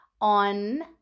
on